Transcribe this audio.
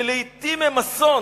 שלעתים הן אסון,